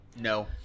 No